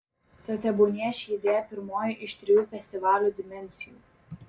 tad tebūnie ši idėja pirmoji iš trijų festivalio dimensijų